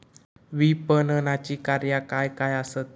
विपणनाची कार्या काय काय आसत?